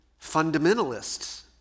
fundamentalists